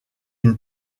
une